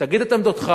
תגיד את עמדתך,